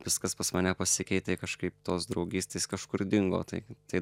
viskas pas mane pasikeitė kažkaip tos draugystės kažkur dingo tai tai